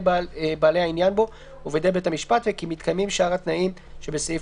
בעלי העניין בו ובידי בית המשפט וכי מתקיימים שאר התנאים שבסעיף